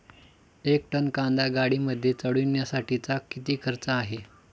एक टन कांदा गाडीमध्ये चढवण्यासाठीचा किती खर्च आहे?